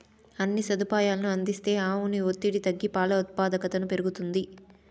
అన్ని సదుపాయాలనూ అందిస్తే ఆవుపై ఒత్తిడి తగ్గి పాల ఉత్పాదకతను పెరుగుతుంది